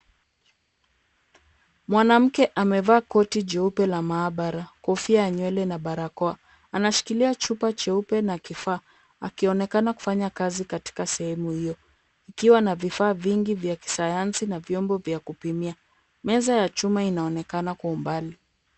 Mwanamke amevaa koti jeupe la maabara, kofia ya nywele na barakoa. Anashikilia chupa cheupe na kifaa akionekana kufanya kazi katika sehemu hiyo. Ikiwa na vifaa vingi vya kisayansi na vyombo vya kupimia. Meza ya chuma inaonekana kwa umbali.